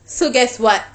so guess what